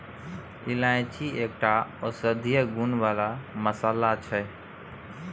इलायची एकटा औषधीय गुण बला मसल्ला छै